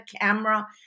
camera